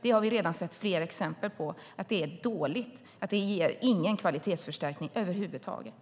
Vi har redan sett flera exempel på att det är dåligt och inte ger någon kvalitetsförstärkning över huvud taget.